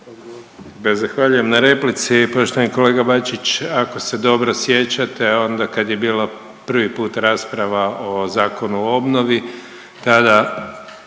Zahvaljujem na replici poštovani kolega Bačić. Ako se dobro sjećate onda kad je bila prvi put rasprava o Zakonu o obnovi tada